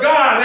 God